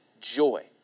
joy